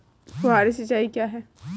फुहारी सिंचाई क्या है?